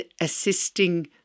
assisting